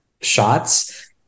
shots